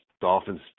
Dolphins